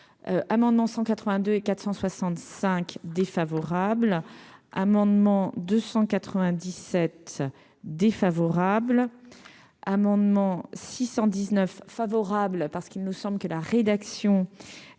amendement 182 et 465 défavorable, amendement 297 défavorable, amendement 619 favorable parce qu'il nous semble que la rédaction